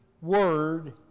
word